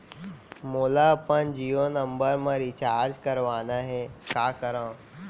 मोला अपन जियो नंबर म रिचार्ज करवाना हे, का करव?